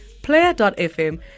player.fm